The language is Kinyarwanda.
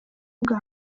bwa